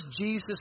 Jesus